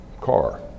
car